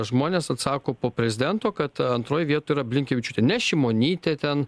žmonės atsako po prezidento kad antroj vietoj yra blinkevičiūtė ne šimonytė ten